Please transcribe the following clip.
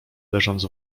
leżąc